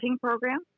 program